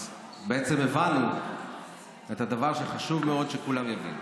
אז בעצם הבנו את הדבר שחשוב מאוד שכולם יבינו.